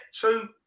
two